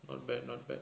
not bad not bad